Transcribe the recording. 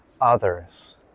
others